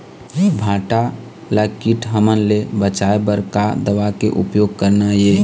भांटा ला कीट हमन ले बचाए बर का दवा के उपयोग करना ये?